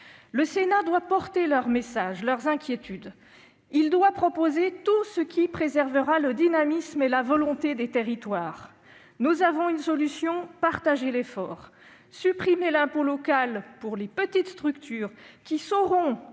Le Sénat doit porter leur message, leurs inquiétudes. Il doit proposer tout ce qui préservera le dynamisme et la volonté des territoires. Nous avons une solution : partager l'effort, c'est-à-dire supprimer l'impôt local pour les petites structures, qui sauront